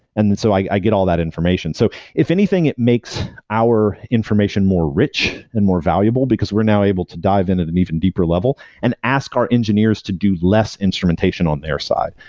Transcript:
and then so i get all that information. so if if anything, it makes our information more rich and more valuable, because we're now able to dive in at an even deeper level and ask our engineers to do less instrumentation on their side.